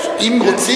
יש, אם רוצים.